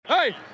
Hey